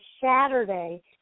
Saturday